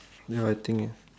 ya I think ah